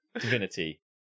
Divinity